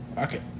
Okay